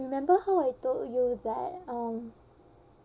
you remember how I told you that um